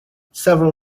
several